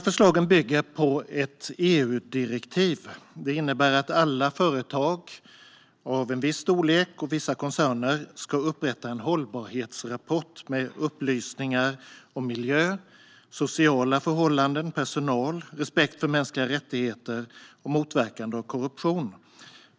Förslagen bygger på ett EU-direktiv och innebär att alla företag av en viss storlek och vissa koncerner ska upprätta en hållbarhetsrapport med upplysningar om miljö, sociala förhållanden, personal, respekt för mänskliga rättigheter och motverkande av korruption.